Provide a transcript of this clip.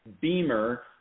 Beamer